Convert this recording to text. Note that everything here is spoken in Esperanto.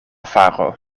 faro